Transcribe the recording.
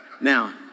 Now